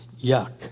yuck